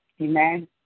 Amen